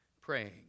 praying